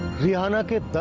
rihana